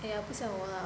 !aiya! 不像我 lah